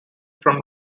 from